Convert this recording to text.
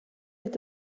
est